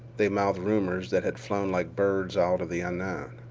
they mouthed rumors that had flown like birds out of the unknown.